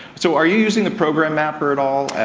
so are you using the program mapper at all.